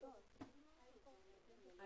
14 ו-16 לתקנות המקרקעין (ניהול ורישום),